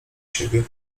siebie